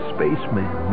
Spaceman